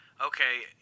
okay